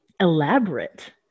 elaborate